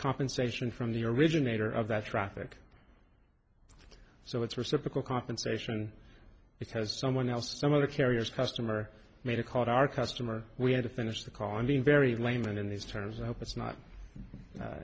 compensation from the originator of that traffic so it's reciprocal compensation because someone else or some other carriers customer made a caught our customer we had to finish the call and being very layman in these terms i hope it's not